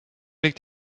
liegt